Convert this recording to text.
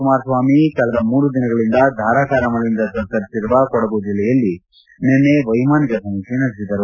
ಕುಮಾರಸ್ವಾಮಿ ಕಳೆದ ಮೂರು ದಿನಗಳಿಂದ ಧಾರಾಕಾರ ಮಳೆಯಿಂದ ತತ್ತರಿಸಿರುವ ಕೊಡಗು ಜಿಲ್ಲೆಯಲ್ಲಿ ನಿನ್ನೆ ವ್ಯೆಮಾನಿಕ ಸಮೀಕ್ಷೆ ನಡೆಸಿದರು